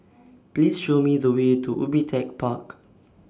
Please Show Me The Way to Ubi Tech Park